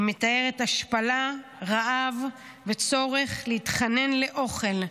היא מתארת השפלה, רעב וצורך להתחנן לאוכל,